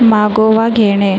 मागोवा घेणे